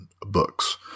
books